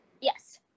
Yes